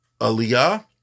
aliyah